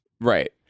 Right